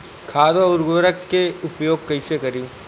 खाद व उर्वरक के उपयोग कईसे करी?